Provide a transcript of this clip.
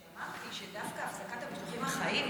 כשאמרתי שדווקא הפסקת המשלוחים החיים,